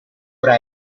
ora